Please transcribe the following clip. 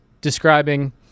describing